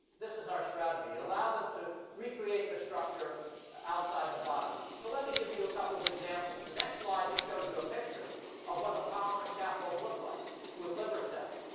this is our strategy. it allowed them to recreate their structure outside the body. so let me give you a couple of examples. the next slide just shows you a picture of what the polymer scaffolds look like with liver cells.